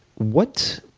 what